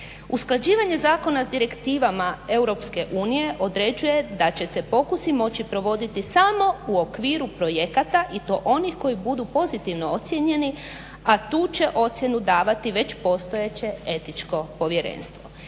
Usklađivanje zakona sa direktivama EU određuje da će se pokusi moći provoditi samo u okviru projekata i to onih koji budu pozitivno ocijenjeni, a tu će ocjenu davati već postojeće Etičko povjerenstvo.